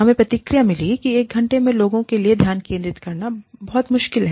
हमें प्रतिक्रिया मिली कि एक घंटे लोगों के लिए ध्यान केंद्रित करना बहुत मुश्किल है